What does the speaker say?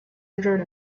injured